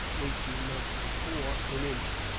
eighteen months before, in india.